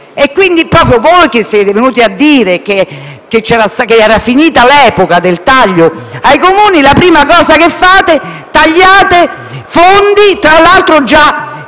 E proprio voi, che siete venuti a dire che era finita l'epoca dei tagli ai Comuni, la prima cosa che fate è tagliare fondi, tra l'altro già